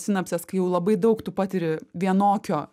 sinapsės kai jau labai daug tu patiri vienokio